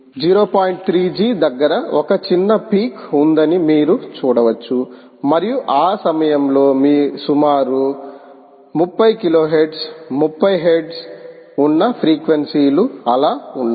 3G దగ్గర ఒక చిన్న పీక్ ఉందని మీరు చూడవచ్చు మరియు ఆ సమయంలో సుమారు 30 కిలోహెర్ట్జ్ 30 హెర్ట్జ్ ఉన్న ఫ్రీక్వెన్సీ లు అలా ఉన్నాయి